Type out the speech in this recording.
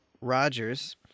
Rogers